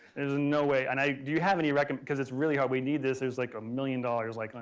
there's no way, and i, do you have any reccom because it's really hard. we need this. there's like a million dollars like on